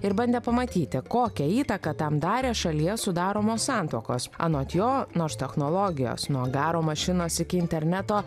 ir bandė pamatyti kokią įtaką tam darė šalyje sudaromos santuokos anot jo nors technologijos nuo garo mašinos iki interneto